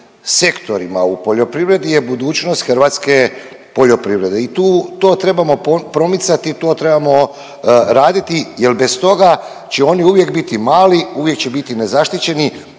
sektorima u poljoprivredi je budućnost hrvatske poljoprivrede i tu, to trebamo promicati, to trebamo raditi jel bez toga će oni uvijek biti mali, uvijek će biti nezaštićeni